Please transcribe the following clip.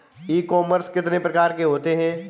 ई commerce कितने प्रकार के होते हैं?